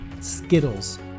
Skittles